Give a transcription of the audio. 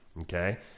Okay